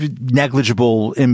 negligible